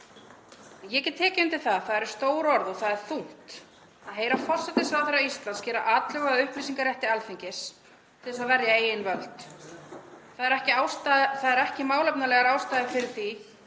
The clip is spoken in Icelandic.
Ég get tekið undir að það eru stór orð og það er þungt að heyra forsætisráðherra Íslands gera atlögu að upplýsingarétti Alþingis til að verja eigin völd. Það eru ekki málefnalegar ástæður fyrir því